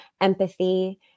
empathy